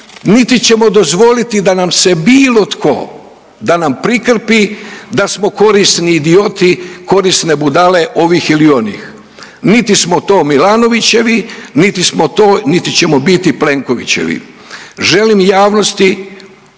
niti ćemo dozvoliti da nam se bilo tko, da nam prikrpi da smo korisni idioti, korisne budale ovih ili onih. Niti smo to Milanovićevi, niti ćemo biti Plenkovićevi. Želim javnosti